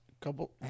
couple